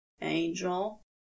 Angel